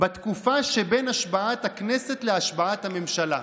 בתקופה שבין השבעת הכנסת להשבעת הממשלה.